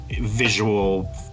visual